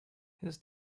his